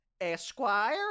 Esquire